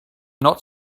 not